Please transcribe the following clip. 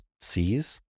C's